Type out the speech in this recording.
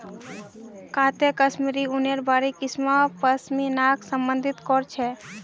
काते कश्मीरी ऊनेर बारीक किस्म पश्मीनाक संदर्भित कर छेक